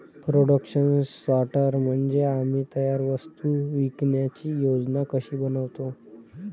production सॉर्टर म्हणजे आम्ही तयार वस्तू विकण्याची योजना कशी बनवतो